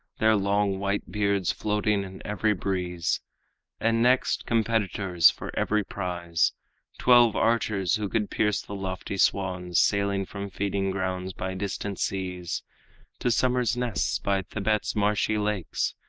their long white beards floating in every breeze and next, competitors for every prize twelve archers, who could pierce the lofty swans sailing from feeding-grounds by distant seas to summer nests by thibet's marshy lakes,